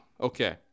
Okay